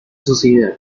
sociedad